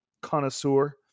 connoisseur